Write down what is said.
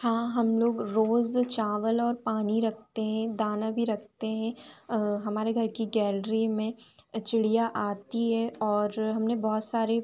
हाँ हम लोग रोज़ चावल और पानी रखते हें दाना भी रखते हें हमारे घर की गैलरी में चिड़िया आती है और हमने बहुत सारे